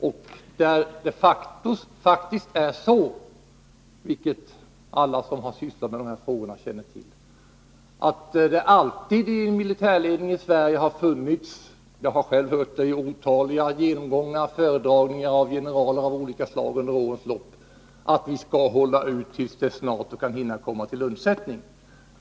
Det är de facto så, vilket alla som har sysslat med dessa frågor känner till, att det alltid i militärledningen i Sverige har funnits uppfattningen — jag har själv hört det vid otaliga genomgångar och föredragningar av generaler av olika slag under årens lopp — att vi skall hålla ut till dess NATO kan hinna komma till undsättning.